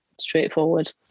straightforward